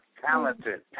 talented